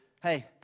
Hey